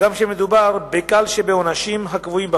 הגם שמדובר בקל שבעונשים הקבועים בחוק,